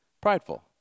prideful